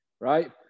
right